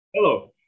Hello